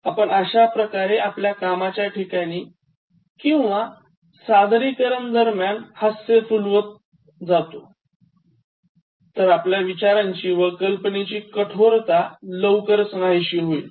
आपण अश्याप्रकारे आपल्या कामाच्या ठिकाणी किंवा सादरीकारणादरम्यान हास्य फुलवत गेलो तर आपल्या विचारांची व कल्पनेची कठोरता लवकरच नाहीशी होईल